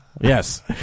Yes